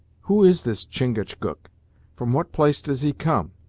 who is this chingachgook from what place does he come,